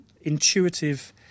intuitive